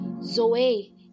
Zoe